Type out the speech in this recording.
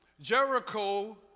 Jericho